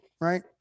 right